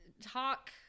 talk